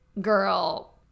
girl